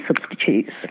substitutes